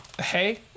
Hey